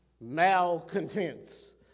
malcontents